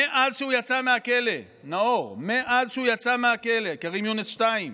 מאז שהוא יצא מהכלא, נאור, כרים יונס 2,